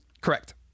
Correct